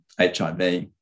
HIV